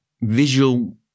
visual